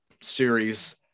series